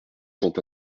sont